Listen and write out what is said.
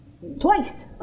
Twice